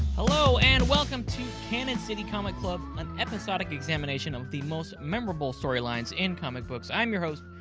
hello, and welcome to canon city comic club. an episodic examination of the most memorable storylines in comic books. i'm your host,